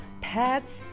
pets